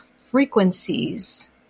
frequencies